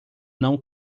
não